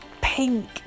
pink